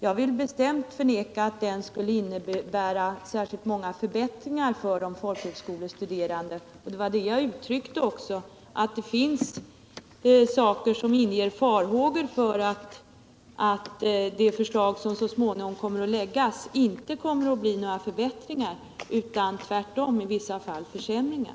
Jag vill då bestämt förneka att den skulle innebära särskilt många förbättringar för de folkhögskolestuderande. Jag yttrade också att det finns vissa saker som inger farhågor för att det förslag som så småningom skall komma att framläggas inte kommer att innebära några förbättringar utan i vissa fall tvärtom medför försämringar.